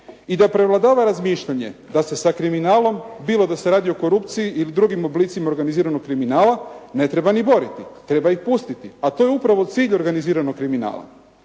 i da prevladava razmišljanje da se sa kriminalom bilo da se radi o korupciji ili drugim oblicima organiziranog kriminala ne treba ni boriti. Treba ih pustiti. A to je upravo cilj organiziranog kriminala.